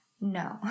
No